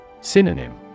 Synonym